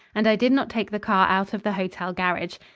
and i did not take the car out of the hotel garage.